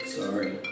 sorry